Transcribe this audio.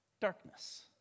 Darkness